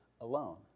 alone